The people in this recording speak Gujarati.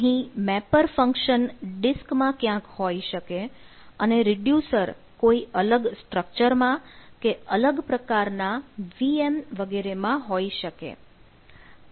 અહીં મેપર ફંકશન ડિસ્ક માં ક્યાંક હોઈ શકે અને રીડ્યુસર કોઈ અલગ સ્ટ્રક્ચર માં કે અલગ પ્રકારના VM વગેરેમાં હોઈ શકે